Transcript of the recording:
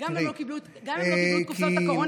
גם הם לא קיבלו את קופסאות הקורונה,